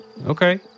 Okay